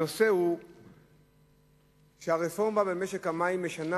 הנושא הוא שהרפורמה במשק המים משנה